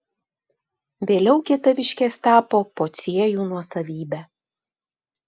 vėliau kietaviškės tapo pociejų nuosavybe